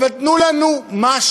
אבל תנו לנו משהו,